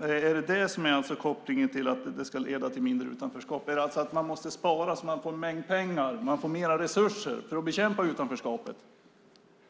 Är kopplingen att det ska leda till mindre utanförskap? Måste man spara så att man får en mängd pengar, mer resurser, för att bekämpa utanförskapet?